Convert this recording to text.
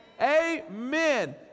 Amen